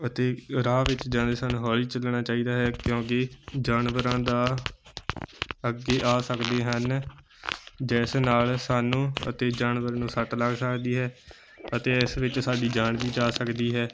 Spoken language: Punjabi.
ਅਤੇ ਰਾਹ ਵਿੱਚ ਜਾਂਦੇ ਸਾਨੂੰ ਹੌਲੀ ਚੱਲਣਾ ਚਾਹੀਦਾ ਹੈ ਕਿਉਂਕਿ ਜਾਨਵਰਾਂ ਦਾ ਅੱਗੇ ਆ ਸਕਦੇ ਹਨ ਜਿਸ ਨਾਲ ਸਾਨੂੰ ਅਤੇ ਜਾਨਵਰ ਨੂੰ ਸੱਟ ਲੱਗ ਸਕਦੀ ਹੈ ਅਤੇ ਇਸ ਵਿੱਚ ਸਾਡੀ ਜਾਨ ਵੀ ਜਾ ਸਕਦੀ ਹੈ